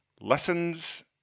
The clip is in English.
Lessons